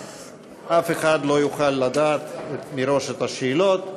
ואף אחד לא יוכל לדעת מראש את השאלות.